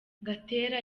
gatera